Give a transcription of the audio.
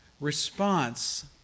response